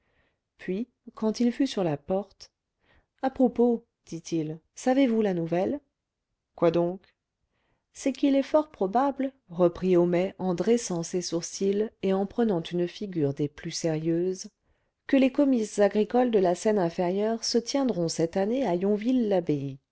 puis quand il fut sur la porte à propos dit-il savez-vous la nouvelle quoi donc c'est qu'il est fort probable reprit homais en dressant ses sourcils et en prenant une figure des plus sérieuses que les comices agricoles de la seine inférieure se tiendront cette année à yonville labbaye